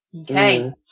Okay